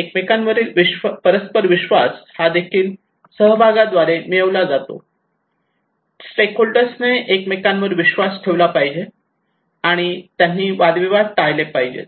एकमेकांवरील परस्पर विश्वास हा देखील सहभागा द्वारे मिळविला जातो स्टेकहोल्डर्स ने एकमेकांवर विश्वास ठेवला पाहिजे आणि त्यांनी वाद विवाद टाळले पाहिजेत